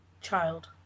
Child